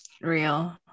real